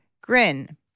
Grin